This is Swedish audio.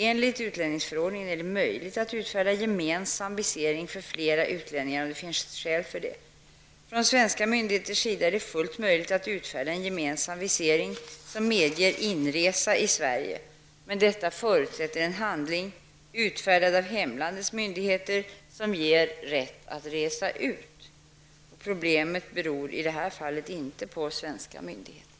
Enligt utlänningsförordningen är det möjligt att utfärda gemensam visering för flera utlänningar om det finns skäl till det. Från svenska myndigheters sida är det fullt möjligt att utfärda en gemensam visering som medger inresa i Sverige, men detta förutsätter en handling, utfärdad av hemlandets myndigheter, som ger rätt att resa ut. Problemet beror i det här fallet inte på svenska myndigheter.